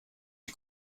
est